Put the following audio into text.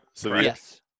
yes